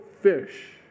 fish